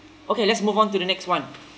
okay let's move on to the next one